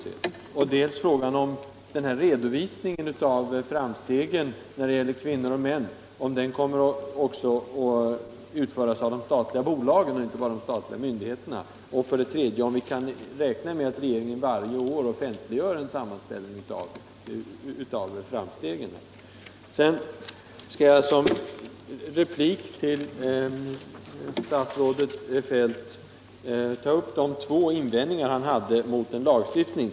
Den andra frågan var huruvida även de statliga bolagen kommer att göra en redovisning av framstegen när det gäller anställda kvinnor och män, eller om det bara är de statliga myndigheterna som skall redovisa det. Min tredje fråga slutligen var om vi kan räkna med att regeringen varje år offentliggör en sammanställning av framstegen. Sedan skall jag som en replik till statsrådet Feldt ta upp de två invändningar han hade mot en lagstiftning.